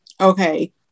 okay